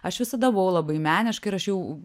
aš visada buvau labai meniška ir aš jau